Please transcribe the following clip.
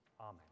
Amen